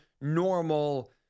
normal